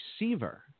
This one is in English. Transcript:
receiver